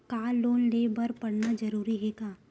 का लोन ले बर पढ़ना जरूरी हे का?